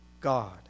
God